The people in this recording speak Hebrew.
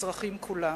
על האזרחים כולם.